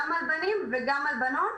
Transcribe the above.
גם על בנים וגם על בנות,